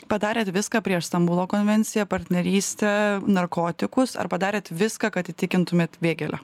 padarėt viską prieš stambulo konvenciją partnerystę narkotikus ar padarėt viską kad įtikintumėt vėgėlę